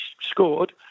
scored